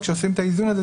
כשעושים את האיזון הזה,